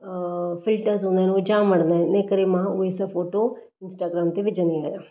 filters हूंदा आहिनि जाम वणंदा आहिनि हिन करे मां उहे सभु फ़ोटो इंस्टाग्राम ते विझंदी आयां